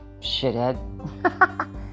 shithead